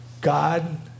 God